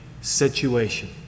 situation